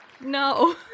No